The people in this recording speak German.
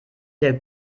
der